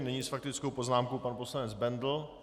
Nyní s faktickou poznámkou pan poslanec Bendl.